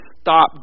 stop